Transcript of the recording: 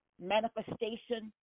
manifestation